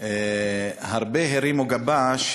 הרבה הרימו גבה,